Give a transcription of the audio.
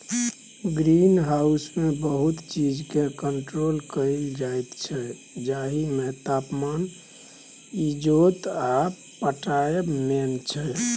green हाउसमे बहुत चीजकेँ कंट्रोल कएल जाइत छै जाहिमे तापमान, इजोत आ पटाएब मेन छै